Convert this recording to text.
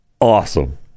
awesome